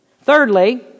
Thirdly